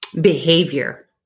behavior